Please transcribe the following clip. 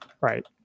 Right